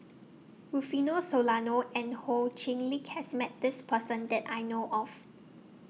Rufino Soliano and Ho Chee Lick has Met This Person that I know of